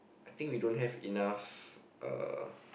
I think we don't have enough uh